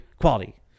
Quality